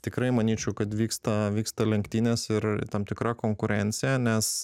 tikrai manyčiau kad vyksta vyksta lenktynės ir tam tikra konkurencija nes